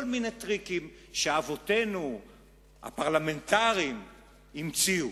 כל מיני טריקים שאבותינו הפרלמנטרים המציאו,